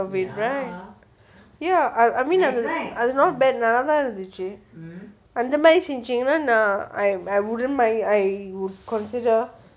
ya ya அது:athu not bad நல்லா தா இரு‌ந்துச்சு அந்த மாதிரி செஞ்சிங்கனா:nallatha irunthuchu antha mathiri senjinggana I wouldn't mind I would consider